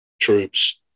troops